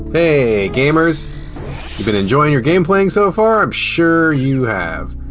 hey gamers! you've been enjoying your game playing so far? i'm sure you have.